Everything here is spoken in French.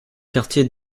quartiers